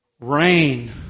rain